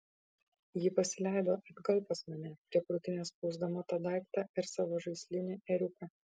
ji pasileido atgal pas mane prie krūtinės spausdama tą daiktą ir savo žaislinį ėriuką